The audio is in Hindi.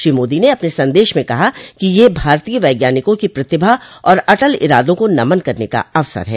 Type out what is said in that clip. श्री मोदी ने अपने संदेश में कहा कि यह भारतीय वैज्ञानिकों की प्रतिभा और अटल इरादों को नमन करने का अवसर है